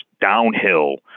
downhill